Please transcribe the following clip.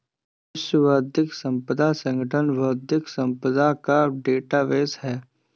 विश्व बौद्धिक संपदा संगठन बौद्धिक संपदा का डेटाबेस है